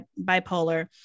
bipolar